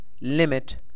limit